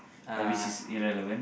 uh which is irrelevant